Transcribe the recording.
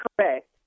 correct